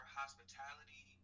hospitality